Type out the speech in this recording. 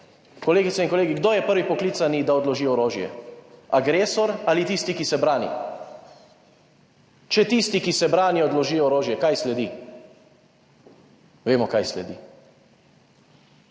Kolegice in kolegi, kdo je prvi poklicani, da odloži orožje? Agresor ali tisti, ki se brani. Če tisti, ki se brani, odloži orožje, kaj sledi. Vemo kaj sledi.